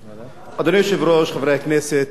היושב-ראש, חברי הכנסת,